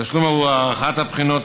תשלום בעבור הערכת הבחינות,